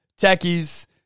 techies